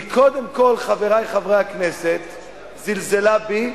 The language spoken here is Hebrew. היא קודם כול, חברי חברי הכנסת, זלזלה בי,